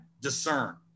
discern